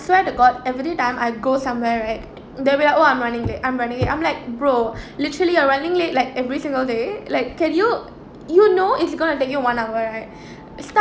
swear to god every time I go somewhere right they will be like oh I'm running late I'm running late I'm like bro literally I'm running late like every single day like can you you know it's gonna take you one hour right start